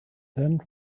then